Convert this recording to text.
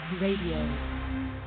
Radio